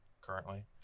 currently